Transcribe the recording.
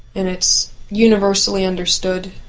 and it's universally understood.